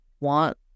want